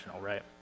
right